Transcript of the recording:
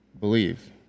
believe